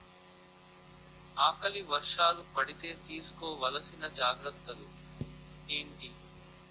ఆకలి వర్షాలు పడితే తీస్కో వలసిన జాగ్రత్తలు ఏంటి?